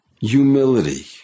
humility